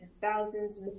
thousands